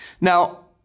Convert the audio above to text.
Now